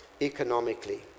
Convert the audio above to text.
economically